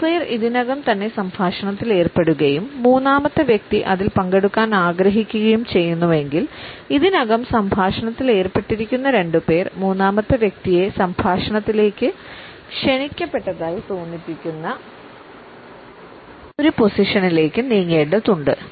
രണ്ടുപേർ ഇതിനകം തന്നെ സംഭാഷണത്തിൽ ഏർപ്പെടുകയും മൂന്നാമത്തെ വ്യക്തി അതിൽ പങ്കെടുക്കാൻ ആഗ്രഹിക്കുകയും ചെയ്യുന്നുവെങ്കിൽ ഇതിനകം സംഭാഷണത്തിൽ ഏർപ്പെട്ടിരിക്കുന്ന രണ്ടുപേർ മൂന്നാമത്തെ വ്യക്തിയെ സംഭാഷണത്തിലേക്ക് ക്ഷണിക്കപ്പെട്ടതായി തോന്നിപ്പിക്കുന്ന ഒരു പൊസിഷനിലേക്ക് നീങ്ങേണ്ടതുണ്ട്